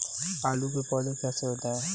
आलू के पौधे कैसे होते हैं?